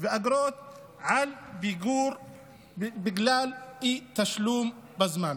ואגרות הן על פיגור בגלל אי-תשלום בזמן.